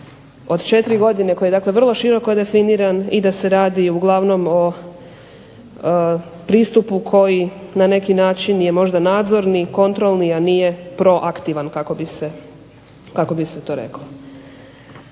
od četiri godine koje je dakle vrlo široko definiran i da se radi uglavnom o pristupu koji na neki način je možda nadzorni, kontrolni, a nije proaktivan kako bi se to reklo.